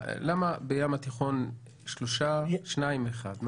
למה בים התיכון שלושה, שניים אחד.